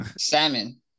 Salmon